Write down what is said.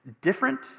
different